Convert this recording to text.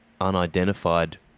unidentified